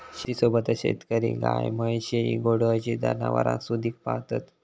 शेतीसोबतच शेतकरी गाय, म्हैस, शेळी, घोडा अशी जनावरांसुधिक पाळतत